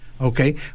Okay